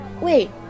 Wait